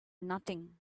nothing